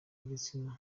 y’igitsina